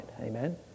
amen